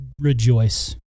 rejoice